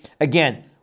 Again